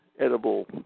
edible